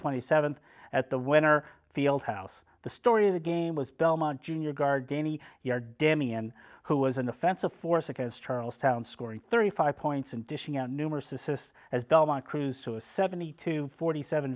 twenty seventh at the winner field house the story of the game was belmont junior guard gagne year dammy and who was an offensive force against charlestown scoring thirty five points and dishing out numerous assists as belmont cruised to a seventy two forty seven